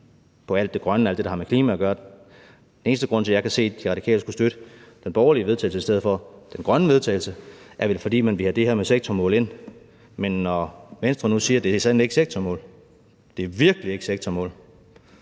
til alt det grønne og alt det, der har med klima at gøre. Den eneste grund, jeg kan se til, at De Radikale skulle støtte det borgerlige forslag til vedtagelse i stedet for det grønne forslag til vedtagelse, er vel, at man vil have det her med sektormål ind. Men når Venstre nu siger, at det sandelig ikke er sektormål, at det virkelig ikke er sektormål,